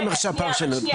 בוקר טוב לכולם,